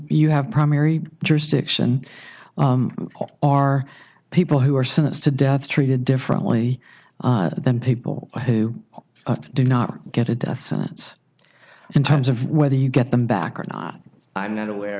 you have primary jurisdiction or are people who are sentenced to death treated differently than people who do not get a death sentence in terms of whether you get them back or not i am not aware